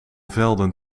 velden